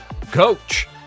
Coach